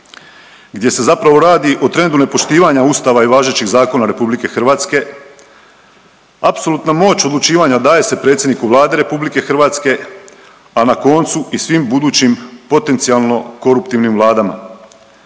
gdje se zapravo radi o trendu nepoštivanja Ustava i važećih zakona RH, apsolutna moć odlučivanja daje se predsjedniku Vlade RH, a na koncu i svim budućim potencijalno koruptivnim vladama.